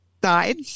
died